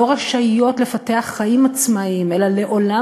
לא רשאיות לפתח חיים עצמאיים אלא לעולם